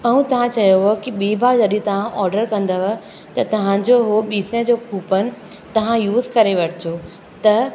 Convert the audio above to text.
ऐं तव्हां चयोव की ॿी बार जॾहिं तव्हां ऑडर कंदव त तव्हांजो उहो ॿी सौ जो कूपन तव्हां यूस करे वठिजो त